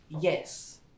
Yes